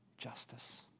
justice